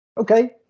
Okay